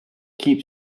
keep